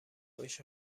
روش